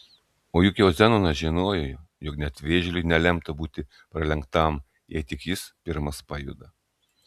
o juk jau zenonas žinojo jog net vėžliui nelemta būti pralenktam jei tik jis pirmas pajuda